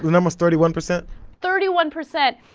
members thirty one percent thirty one percent